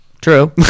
True